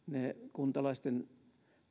kuntalaisten